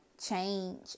change